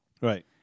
Right